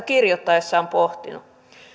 kirjoittaessaan pohtineet